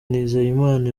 nizeyimana